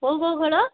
କେଉଁ କେଉଁ ଖେଳ